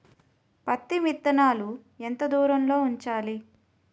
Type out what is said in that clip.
పత్తి విత్తనాలు ఎంత దూరంలో ఉంచాలి?